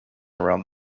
around